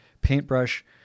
paintbrush